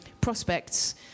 Prospects